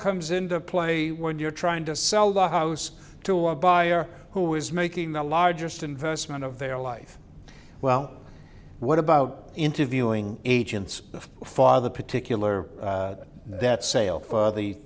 comes into play when you're trying to sell the house to a buyer who is making the largest investment of their life well what about interviewing agents of father particular that sale